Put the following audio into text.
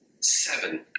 seven